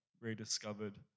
rediscovered